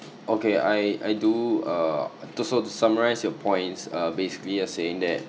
okay I I do err to so to summarize your points uh basically you're saying that